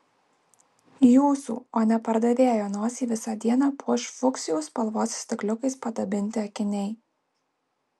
jūsų o ne pardavėjo nosį visą dieną puoš fuksijų spalvos stikliukais padabinti akiniai